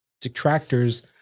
detractors